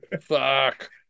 Fuck